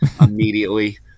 immediately